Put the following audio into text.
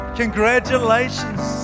congratulations